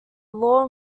law